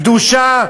קדושה,